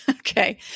Okay